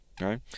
Right